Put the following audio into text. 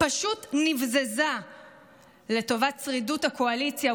פשוט נבזזה לטובת שרידות הקואליציה,